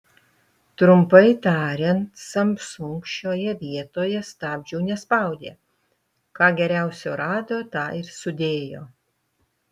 trumpai tariant samsung šioje vietoje stabdžių nespaudė ką geriausio rado tą ir sudėjo